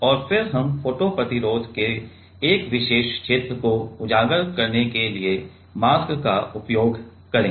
और फिर हम फोटो प्रतिरोध के एक विशेष क्षेत्र को उजागर करने के लिए मास्क का उपयोग करेंगे